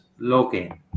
login